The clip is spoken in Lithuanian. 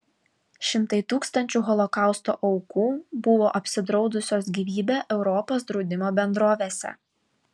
šimtai tūkstančių holokausto aukų buvo apsidraudusios gyvybę europos draudimo bendrovėse